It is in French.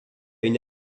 une